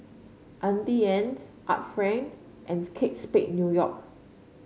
Auntie Anne's Art Friend and Kate Spade New York